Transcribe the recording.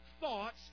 thoughts